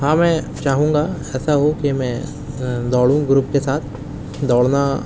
ہاں میں چاہوں گا ایسا ہو کہ میں دوڑوں گروپ کے ساتھ دوڑنا